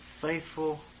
faithful